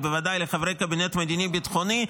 ובוודאי לחברי הקבינט המדיני-ביטחוני,